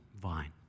vine